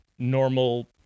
normal